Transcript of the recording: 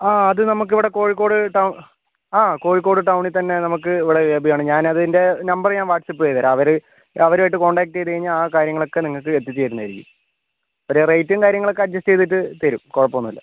ആ അത് നമുക്ക് ഇവിടെ കോഴിക്കോട് ടൗൺ ആ കോഴിക്കോട് ടൌണിൽ തന്നെ നമുക്ക് ഇവിടെ ലഭ്യമാണ് ഞാൻ അതിൻ്റെ നമ്പർ ഞാൻ വാട്ട്സ്ആപ്പ് ചെയ്തുതരാം അവർ അവരും ആയിട്ട് കോൺടാക്ട് ചെയ്ത് കഴിഞ്ഞാൽ ആ കാര്യങ്ങൾ ഒക്കെ നിങ്ങൾക്ക് എത്തിച്ച് തരുന്നത് ആയിരിക്കും അവർ റേറ്റും കാര്യങ്ങൾ ഒക്കെ അഡ്ജസ്റ്റ് ചെയ്തിട്ട് തരും കുഴപ്പം ഒന്നും ഇല്ല